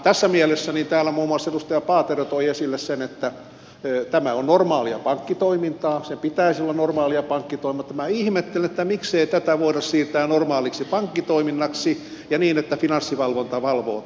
tässä mielessä täällä muun muassa edustaja paatero toi esille sen että tämä on normaalia pankkitoimintaa sen pitäisi olla normaalia pankkitoimintaa mutta minä ihmettelen miksei tätä voida siirtää normaaliksi pankkitoiminnaksi ja niin että finanssivalvonta valvoo tätä